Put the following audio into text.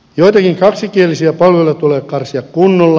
joitakin kaksikielisiä palveluja tulee karsia kunnolla